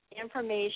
information